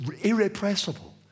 irrepressible